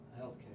healthcare